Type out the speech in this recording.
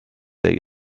day